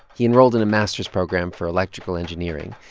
he enrolled in a master's program for electrical engineering.